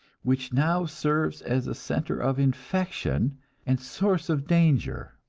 which now serves as a center of infection and source of danger.